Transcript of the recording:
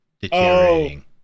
deteriorating